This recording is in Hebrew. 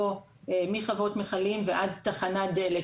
מחוות מיכלים ועד תחנת דלק,